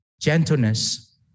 gentleness